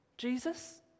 Jesus